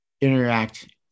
interact